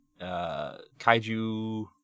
kaiju